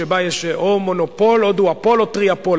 שבה יש או מונופול או דואופול או טריאופול,